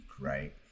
right